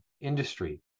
industry